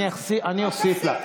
אני אוסיף לך.